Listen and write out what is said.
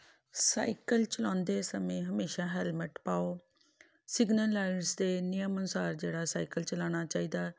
cycle ਚਲਾਉਂਦੇ ਸਮੇਂ ਹਮੇਸ਼ਾ ਹੈਲਮਟ ਪਾਓ ਸਿਗਨਲ ਲਾਈਟਸ ਦੇ ਨਿਯਮ ਅਨੁਸਾਰ ਜਿਹੜਾ ਸਾਈਕਲ ਚਲਾਉਣਾ ਚਾਹੀਦਾ